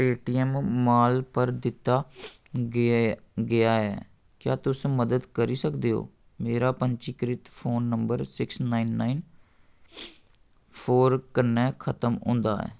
पे T M mall पर दित्ता गेआ ऐ क्या तुस मदद करी सकदे ओ मेरा पंजीकृत phone number six nine nine four कन्नै खत्म होंदा ऐ